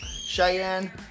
Cheyenne